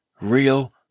real